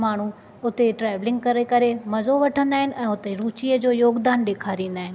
माण्हूं हुते ट्रेवलिंग करे करे मज़ो वठंदा आहिनि ऐं हुते रुचिअ जो योगदानु डे॒खारींदा आहिनि